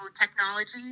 technology